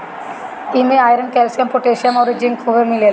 इमे iron, calcium, potassium अउरी zinc खुबे मिलेला